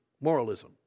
Moralism